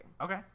Okay